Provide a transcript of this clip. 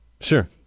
Sure